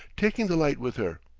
taking the light with her.